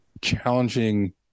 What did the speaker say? challenging